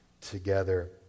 together